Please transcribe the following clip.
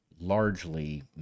largely